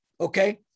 Okay